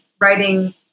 writing